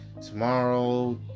tomorrow